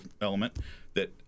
element—that